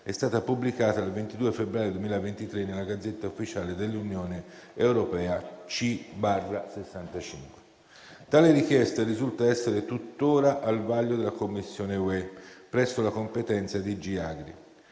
è stata pubblicata il 22 febbraio 2023 nella Gazzetta ufficiale dell'Unione europea C/65. Tale richiesta risulta essere tuttora al vaglio della Commissione UE presso la competente DG AGRI.